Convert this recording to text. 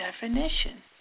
definition